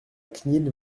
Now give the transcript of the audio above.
cnil